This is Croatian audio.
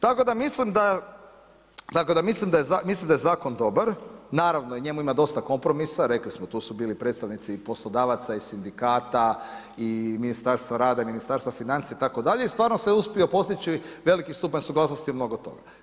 Tako da mislim da je zakon dobar, naravno u njemu ima dosta kompromisa, rekli smo tu su bili predstavnici i poslodavaca i sindikata i Ministarstva rada i Ministarstva financija itd. i stvarno se uspio postići veliki stupanj suglasnosti o mnogo toga.